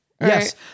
yes